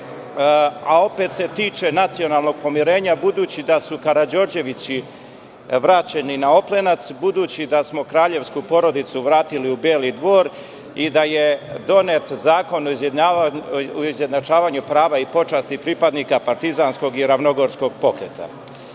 a opet se tiče nacionalnog pomirenja, budući da su Karađorđevići vraćeni na Oplenac, budući da smo kraljevsku porodicu vratili u Beli dvor i da je donet Zakon o izjednačavanju prava i počasti pripadnika partizanskog i ravnogorskog pokreta. Jedan